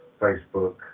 Facebook